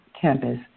campus